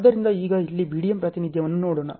ಆದ್ದರಿಂದ ಈಗ ಇಲ್ಲಿ BDM ಪ್ರಾತಿನಿಧ್ಯವನ್ನು ನೋಡೋಣ